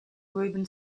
reuben